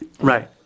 Right